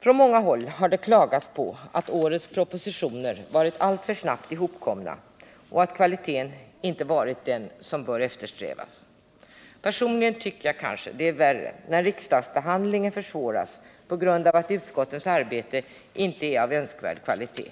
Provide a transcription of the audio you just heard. Från många håll har det klagats på att årets propositioner varit alltför snabbt ihopkomna och att kvaliteten inte varit den som bör eftersträvas. Personligen tycker jag kanske att det är värre när riksdagsbehandlingen försvåras på grund av att utskottens arbete inte är av önskvärd kvalitet.